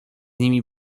nimi